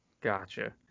gotcha